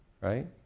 Right